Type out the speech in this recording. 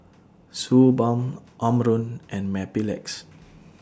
Suu Balm Omron and Mepilex